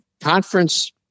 Conference